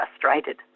frustrated